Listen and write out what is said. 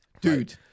dude